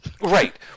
Right